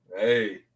Hey